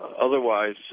otherwise